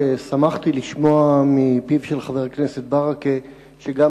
שמחתי לשמוע מפיו של חבר הכנסת ברכה שגם